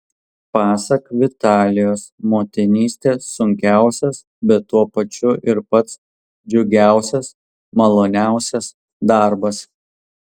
pasak vitalijos motinystė sunkiausias bet tuo pačiu ir pats džiugiausias maloniausias darbas